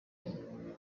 inyarwanda